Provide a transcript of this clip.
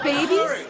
Babies